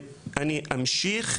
אני אמשיך,